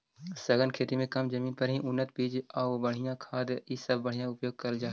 सघन खेती में कम जमीन पर ही उन्नत बीज आउ बढ़ियाँ खाद ई सब के उपयोग कयल जा हई